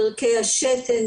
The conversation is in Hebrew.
דרכי השתן,